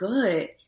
good